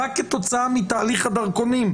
רק כתוצאה מתהליך הדרכונים,